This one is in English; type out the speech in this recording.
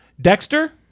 Dexter